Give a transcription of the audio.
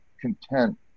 content